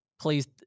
Please